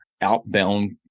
outbound